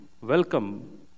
welcome